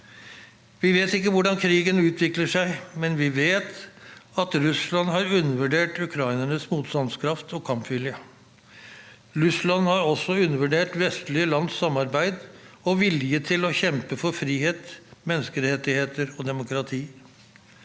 Vi vet ikke hvordan krigen utvikler seg, men vi vet at Russland har undervurdert ukrainernes motstandskraft og kampvilje. Russland har også undervurdert vestlige lands samhold og vilje til å kjempe for frihet, menneskerettigheter og demokrati.